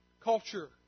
culture